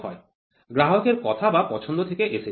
গ্রাহকের কথা বা পছন্দ থেকে এসেছে